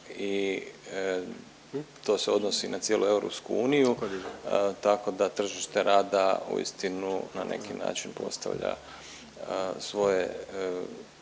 i to se odnosi na cijelu EU, tako da tržište rada uistinu na neki način postavlja svoje